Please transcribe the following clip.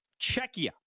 Czechia